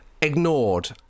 ignored